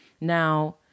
Now